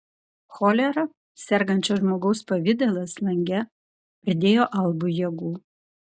cholera sergančio žmogaus pavidalas lange pridėjo albui jėgų